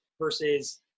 versus